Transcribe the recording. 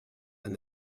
and